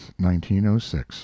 1906